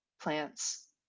plants